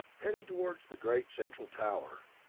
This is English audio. heading toward the great central tower.